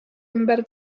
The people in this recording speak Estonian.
ümber